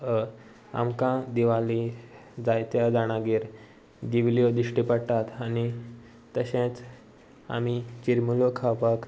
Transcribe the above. आमकां दिवाली जायत्या जाणागेर दिवल्यो दिश्टी पडटात आनी तशेंच आमी चिरमुलोय खावपाक